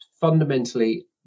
Fundamentally